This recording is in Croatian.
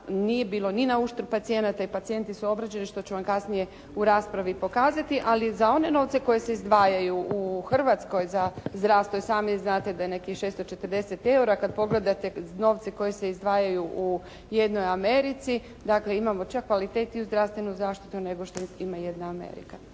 nije bilo ni na uštrb pacijenata i pacijenti su obrađeni što ću vam kasnije u raspravi pokazati. Ali za one koji se izdvajaju u Hrvatskoj za zdravstvo i sami znate da je nekih 640 eura kad pogledate novce koji se izdvajaju u jednoj Americi, dakle imamo čak kvalitetniju zdravstvenu zaštitu nego što ima jedna Amerika.